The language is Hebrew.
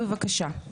בבקשה.